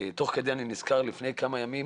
תוך כדי אני נזכר שלפני כמה ימים